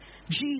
Jesus